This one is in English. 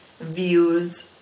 views